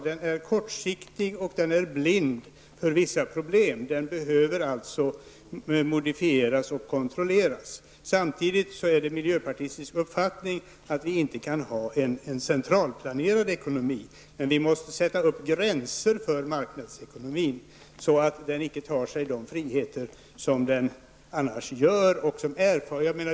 Den är kortsiktig, och den är blind för vissa problem. Den behöver alltså modifieras och kontrolleras. Samtidigt är det miljöpartiets uppfattning att vi inte kan ha en centralplanerad ekonomi. Men vi måste sätta upp gränser för marknadsekonomin, så att den icke tar sig de friheter som den annars gör.